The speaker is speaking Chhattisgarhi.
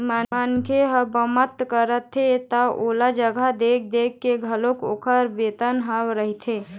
मनखे ह बमता करथे त ओला जघा देख देख के घलोक ओखर बेतन ह रहिथे